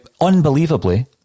unbelievably